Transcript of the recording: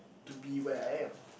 to be where I am